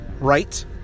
right